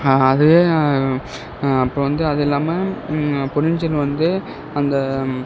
அது அப்புறம் வந்து அது இல்லாமல் பொன்னியின் செல்வன் வந்து அந்த